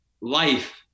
life